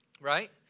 Right